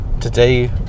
today